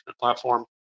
platform